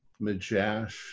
Majash